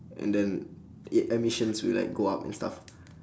and then e~ emissions will go up and stuff